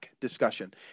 discussion